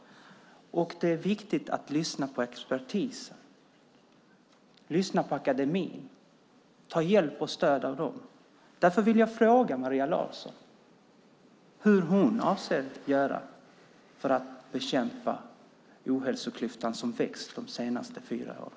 Det är också viktigt att lyssna på expertisen och på akademin och ta hjälp och stöd av dem. Därför vill jag fråga Maria Larsson vad hon avser att göra för att bekämpa ohälsoklyftan som växt under de senaste fyra åren.